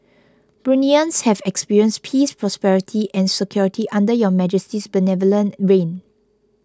Bruneians have experienced peace prosperity and security under Your Majesty's benevolent reign